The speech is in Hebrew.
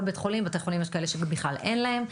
כל בית חולים יש גם כאלה שבכלל אין להם.